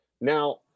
now